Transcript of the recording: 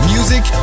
Music